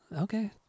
Okay